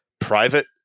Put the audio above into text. private